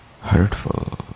hurtful